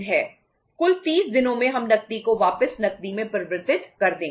कुल 30 दिनों में हम नकदी को वापस नकदी में परिवर्तित कर देंगे